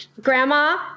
Grandma